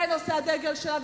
זה הדגל שלה,